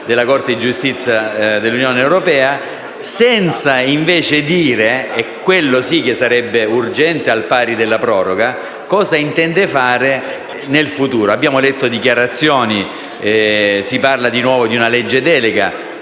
della Corte di giustizia dell'Unione europea, senza invece dire - e questo sì che sarebbe urgente al pari della proroga - cosa intende fare in futuro. Abbiamo letto dichiarazioni in cui si parla di nuovo di una legge delega,